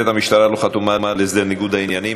המשטרה לא חתומה על הסדר ניגוד העניינים,